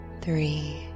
three